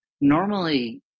Normally